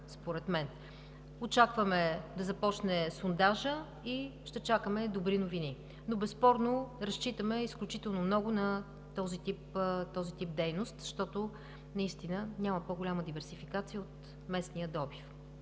добър знак. Очакваме да започне сондажът и ще чакаме добри новини. Безспорно, разчитаме изключително много на този тип дейност, защото наистина няма по-голяма диверсификация от местния добив.